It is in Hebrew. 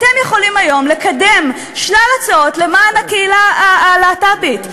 אתם יכולים היום לקדם שלל הצעות למען הקהילה הלהט"בית,